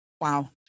Wow